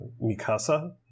Mikasa